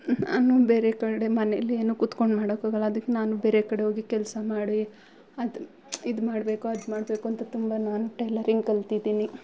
ನಾನು ಬೇರೆ ಕಡೆ ಮನೇಯಲ್ಲಿ ಏನು ಕೂತ್ಕೊಂಡು ಮಾಡೊಕಾಗಲ್ಲ ಅದಕ್ಕೆ ನಾನು ಬೇರೆ ಕಡೆ ಹೋಗಿ ಕೆಲಸ ಮಾಡಿ ಅದು ಇದು ಮಾಡಬೇಕು ಅದು ಮಾಡಬೇಕು ಅಂತ ತುಂಬ ನಾನು ಟೈಲರಿಂಗ್ ಕಲಿತಿದ್ದಿನಿ